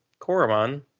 Koromon